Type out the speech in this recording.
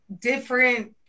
different